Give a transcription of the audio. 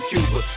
Cuba